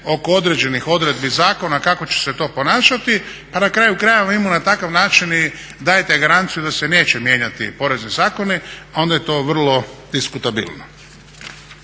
oko određenih odredbi zakona kako će se to ponašati, pa na kraju krajeva mi mu na takav način i dajete garanciju da se neće mijenjati porezni zakoni onda je to vrlo diskutabilno.